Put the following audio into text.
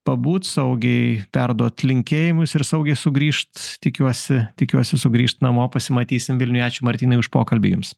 pabūt saugiai perduot linkėjimus ir saugiai sugrįžt tikiuosi tikiuosi sugrįžt namo pasimatysim vilniuje ačiū martynai už pokalbį jums